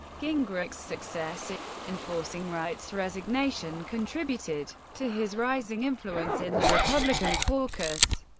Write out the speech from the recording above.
gingrich's success in forcing wright's resignation contributed to his rising influence in the republican caucus.